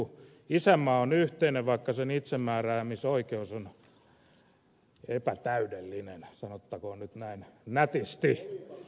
isänmaa on yhteinen vaikka sen itsemääräämisoikeus on epätäydellinen sanottakoon nyt näin nätisti